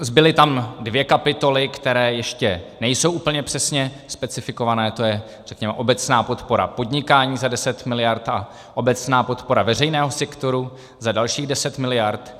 Zbyly tam dvě kapitoly, které ještě nejsou úplně přesně specifikované, to je, řekněme, obecná podpora podnikání za 10 miliard a obecná podpora veřejného sektoru za dalších 10 miliard.